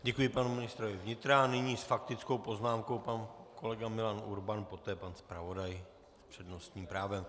Děkuji panu ministrovi vnitra a nyní s faktickou poznámkou pan kolega Milan Urban, poté pan zpravodaj s přednostním právem.